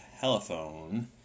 telephone